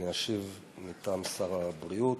אני אשיב מטעם שר הבריאות.